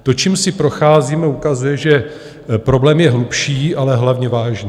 To, čím si procházíme, ukazuje, že problém je hlubší, ale hlavně vážný.